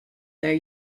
their